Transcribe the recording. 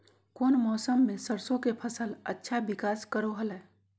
कौन मौसम मैं सरसों के फसल अच्छा विकास करो हय?